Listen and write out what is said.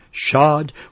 Shod